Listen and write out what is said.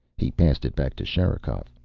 he passed it back to sherikov.